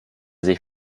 sich